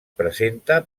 presenta